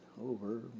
over